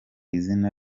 izina